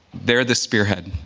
they're the spearhead.